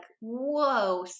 whoa